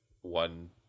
one